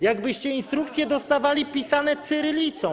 Jakbyście instrukcje dostawali pisane cyrylicą.